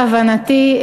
להבנתי,